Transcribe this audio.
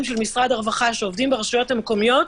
במשרד הרווחה שעובדים ברשויות המקומיות,